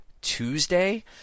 Tuesday